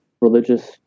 religious